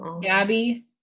Gabby